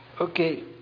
Okay